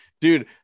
Dude